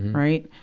right?